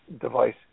device